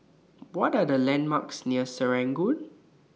What Are The landmarks near Serangoon